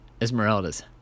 Esmeralda's